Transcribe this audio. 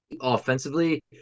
offensively